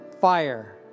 fire